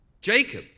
Jacob